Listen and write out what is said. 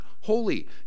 holy